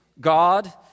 God